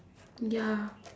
ya